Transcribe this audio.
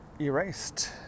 erased